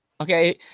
Okay